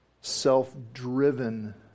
self-driven